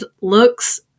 looks